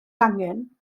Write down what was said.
angen